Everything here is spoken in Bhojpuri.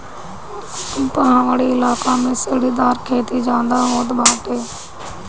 पहाड़ी इलाका में सीढ़ीदार खेती ज्यादा होत बाटे